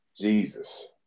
Jesus